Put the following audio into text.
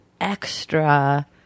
extra